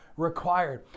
Required